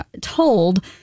told